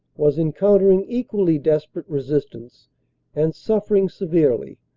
was encountering equally desperate resistance and suffering severely,